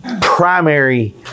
primary